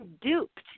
duped